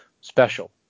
special